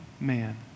man